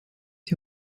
die